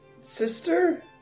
Sister